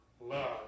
Love